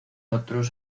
otros